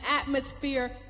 atmosphere